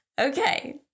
Okay